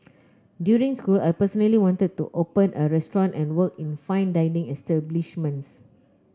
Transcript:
during school I personally wanted to open a restaurant and work in fine dining establishments